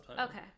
Okay